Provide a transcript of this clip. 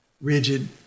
Rigid